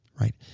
right